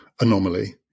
anomaly